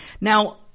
Now